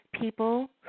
people